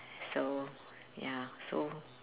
so ya so